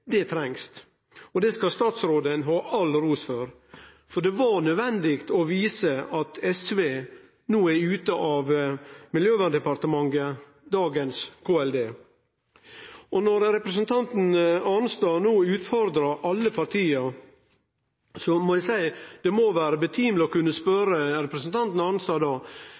Det trengst. Det skal statsråden ha all ros for. Det var nødvendig å vise at SV no er ute av Miljøverndepartementet, dagens KLD. Når representanten Arnstad no utfordrar alle partia, må det vere på sin plass å spørje representanten